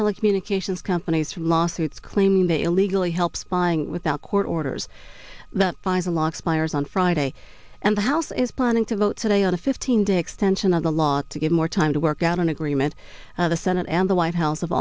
telecommunications companies from lawsuits claiming they illegally help spying without court orders the locks myers on friday and the house is planning to vote today on a fifteen day extension of the law to give more time to work out an agreement the senate and the white house